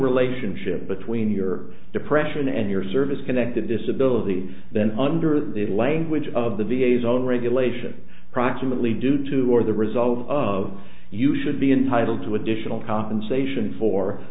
relationship between your depression and your service connected disability then under the language of the v a s own regulation approximately due to or the result of you should be entitled to additional compensation for